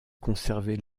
conserver